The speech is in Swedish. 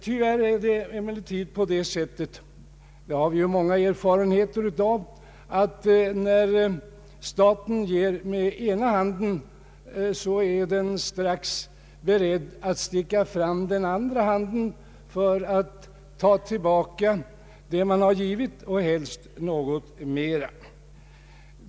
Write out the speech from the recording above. Tyvärr är det emellertid på det sättet — vilket vi har många erfarenheter av — att när staten ger med ena handen är den strax beredd att sticka fram den andra handen för att ta tillbaka det man har givit, och helst något mera.